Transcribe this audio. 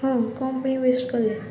ହଁ କ'ଣ ପାଇଁ ୱେଷ୍ଟ୍ କଲେ